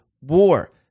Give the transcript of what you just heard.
war